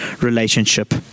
relationship